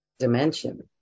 dimension